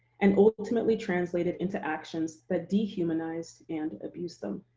and ultimately translated into actions that de-humanized and abused them.